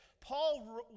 Paul